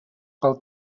pel